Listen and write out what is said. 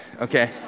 Okay